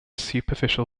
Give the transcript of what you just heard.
superficial